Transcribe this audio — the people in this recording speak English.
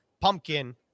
pumpkin